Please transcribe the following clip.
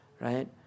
Right